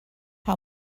how